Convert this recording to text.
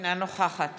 אינה נוכחת